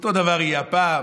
אותו דבר יהיה הפעם.